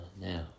Now